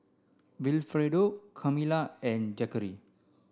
Wilfredo Carmela and Zackery